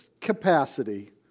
capacity